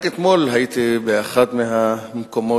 רק אתמול הייתי באחד מהמקומות,